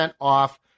off